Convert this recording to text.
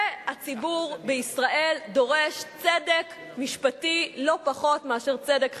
והציבור בישראל דורש צדק משפטי לא פחות מאשר צדק חברתי.